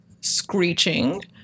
screeching